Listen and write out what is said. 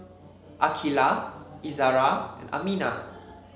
Aqilah Izara and Aminah